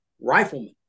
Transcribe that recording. rifleman